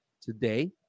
today